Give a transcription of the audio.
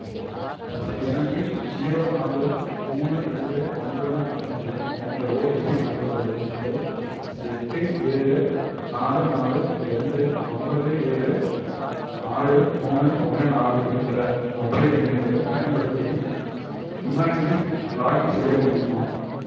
எனக்கு ஜீரோ நாலு மூணு ரெண்டு ஒன்பது நான்கு என்ற ஓடிபி வந்துள்ளது அதை எட்டு ஏழு நாலு நாலு ரெண்டு ஒன்பது ஏழு ஆறு மூணு ஒன்று நாலு என்ற மொபைல் எண்ணுக்குப் பயன்படுத்தி யூமாங்கில் லாக் இன் செய்ய முடியுமா